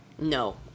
No